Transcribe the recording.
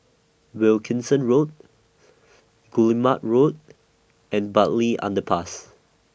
Wilkinson Road Guillemard Road and Bartley Underpass